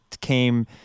came